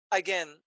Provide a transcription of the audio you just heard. again